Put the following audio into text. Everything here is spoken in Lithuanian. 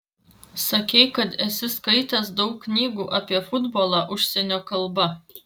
sakei kad esi skaitęs daug knygų apie futbolą užsienio kalba